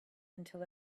until